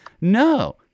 no